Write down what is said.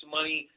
money